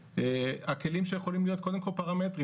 הכלים שיכולים להיות, קודם כל פרמטרים.